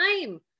time